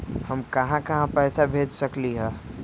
हम कहां कहां पैसा भेज सकली ह?